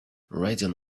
riding